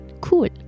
cool